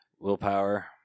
willpower